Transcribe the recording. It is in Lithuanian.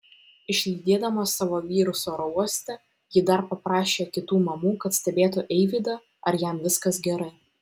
išlydėdama savo vyrus oro uoste ji dar paprašė kitų mamų kad stebėtų eivydą ar viskas jam gerai